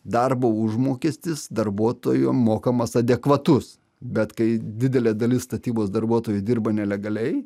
darbo užmokestis darbuotojo mokamas adekvatus bet kai didelė dalis statybos darbuotojų dirba nelegaliai